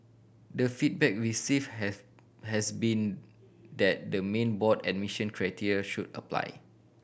the feedback receive have has been that the main board admission criteria should apply